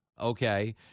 okay